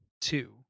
two